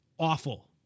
awful